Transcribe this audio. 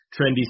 trendy